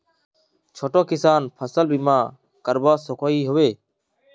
छोटो किसान फसल बीमा करवा सकोहो होबे?